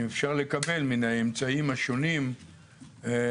אם אפשר לקבל מן האמצעים השונים מושג